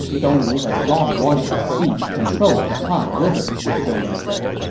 dongwu has long wanted to seize control of the han river, zhou yu said.